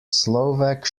slovak